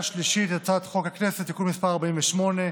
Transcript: שלישית את הצעת חוק הכנסת (תיקון מס' 48),